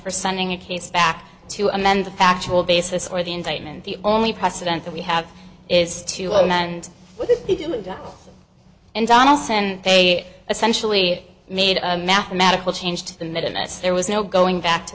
for sending a case back to amend the factual basis or the indictment the only precedent that we have is to amend and donaldson they essentially made a mathematical change to the minutes there was no going back to